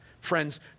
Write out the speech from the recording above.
Friends